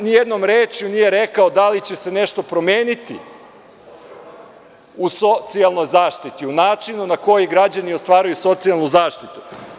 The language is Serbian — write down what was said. Ali, nijednom rečju nije rekao da li će se nešto promeniti u socijalnoj zaštiti, u načinu na koji građani ostvaruju socijalnu zaštitu.